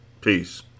Peace